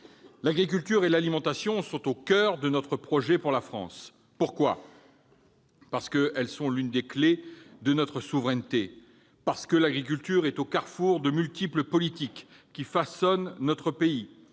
L'agriculture et l'alimentation sont au coeur de notre projet pour la France. Pourquoi ? Parce qu'elles sont l'une des clés de notre souveraineté. Parce que l'agriculture est au carrefour de multiples politiques qui façonnent notre pays